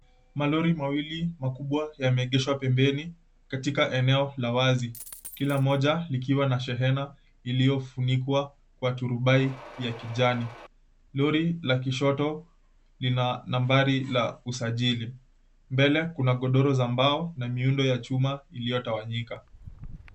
Malori mawili makubwa yamegeshwa pembeni katika eneo la wazi, kina moja likiwa na shehena kwa turubai ya kijani, lori la kishoto lina nambari la usajili mbele kuna godoro la mbao na miundo yachuma iliyotawanyika.